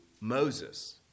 Moses